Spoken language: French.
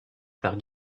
par